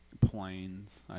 planes